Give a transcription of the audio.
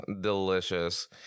Delicious